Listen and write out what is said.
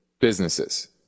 businesses